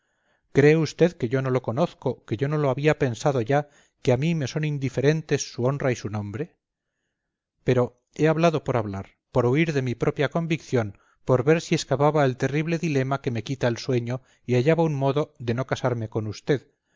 cree usted que yo no lo conozco que no lo había pensado ya que a mí me son indiferentes su honra y su nombre pero he hablado por hablar por huir de mi propia convicción por ver si escapaba al terrible dilema que me quita el sueño y hallaba un modo de no casarme con usted